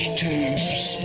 tubes